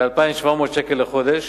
כ-2,700 שקל לחודש,